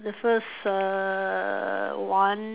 the first err one